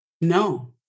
no